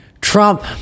Trump